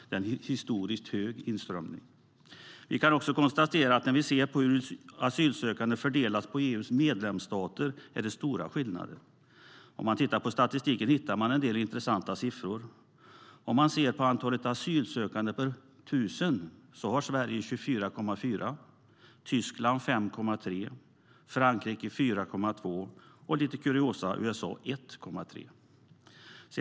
Det är en historisk hög inströmning. När vi ser på hur asylsökandena fördelas på EU:s medlemsstater kan vi konstatera att det är stora skillnader. Om man tittar på statistiken hittar man en del intressanta siffror. Antalet asylsökande per 1 000 invånare är 24,4 i Sverige, 5,3 i Tyskland, 4,2 i Frankrike och - lite kuriosa - 1,3 i USA.